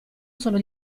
sono